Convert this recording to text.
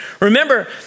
Remember